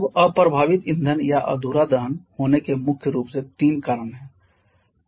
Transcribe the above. अब अप्रभावित ईंधन या अधूरा दहन होने के मुख्य रूप से तीन कारण हैं